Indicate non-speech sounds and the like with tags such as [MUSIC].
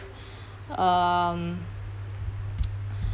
um [NOISE]